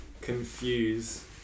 confuse